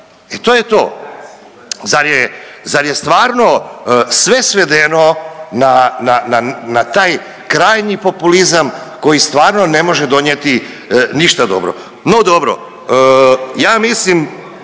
i to je to. Zar je, zar je stvarno sve svedeno na, na, na, na taj krajnji populizam koji stvarno ne može donijeti ništa dobro? No dobro, ja mislim,